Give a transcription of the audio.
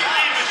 משלמים.